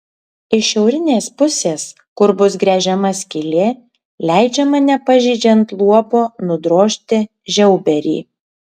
iš šiaurinės pusės kur bus gręžiama skylė leidžiama nepažeidžiant luobo nudrožti žiauberį